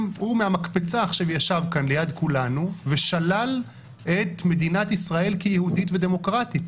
הוא ישב כאן ליד כולנו ושלל את מדינת ישראל כיהודית ודמוקרטית,